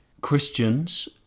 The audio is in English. christians